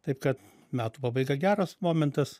taip kad metų pabaiga geras momentas